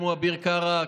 כמו אביר קארה,